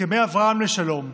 הסכמי אברהם לשלום,